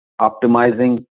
optimizing